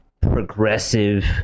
progressive